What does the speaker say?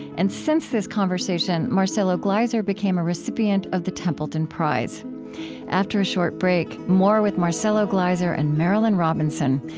and since this conversation, marcelo gleiser became a recipient of the templeton prize after a short break, more with marcelo gleiser and marilynne robinson.